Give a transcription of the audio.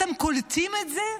אתם קולטים את זה?